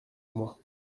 mois